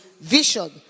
vision